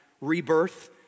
rebirth